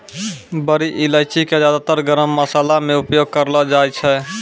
बड़ी इलायची कॅ ज्यादातर गरम मशाला मॅ उपयोग करलो जाय छै